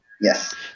Yes